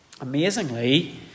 Amazingly